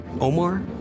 Omar